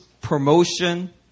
promotion